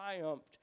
triumphed